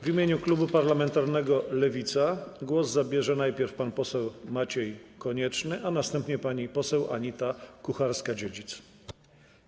W imieniu klubu parlamentarnego Lewica głos zabierze najpierw pan poseł Maciej Konieczny, a następnie pani poseł Anita Kucharska-Dziedzic.